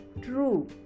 true